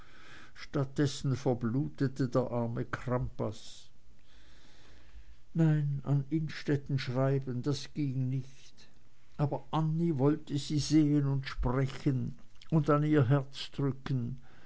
dessen verblutete der arme crampas nein an innstetten schreiben das ging nicht aber annie wollte sie sehen und sprechen und an ihr herz drücken